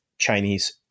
Chinese